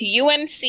UNC